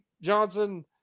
Johnson